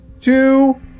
two